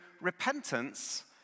repentance